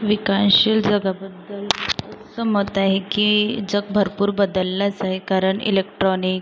विकानशील जगाबद्दल असं मत आहे की जग भरपूर बदललंच आहे कारण इलेक्ट्राॅनिक